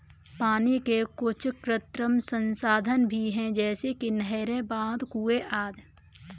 पानी के कुछ कृत्रिम संसाधन भी हैं जैसे कि नहरें, बांध, कुएं आदि